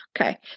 Okay